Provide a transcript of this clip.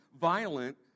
violent